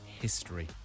history